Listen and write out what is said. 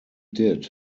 did